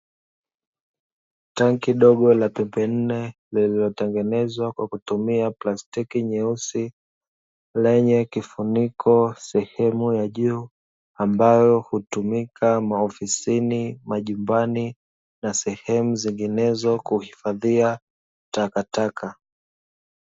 Tanki dogo la pembe nne lililotengenezwa kwa kutumia plastiki nyeusi, lenye kifuniko sehemu ya juu, ambayo hutumika maofisini, majumbani, na sehemu zinginezo kuhifadhia takataka.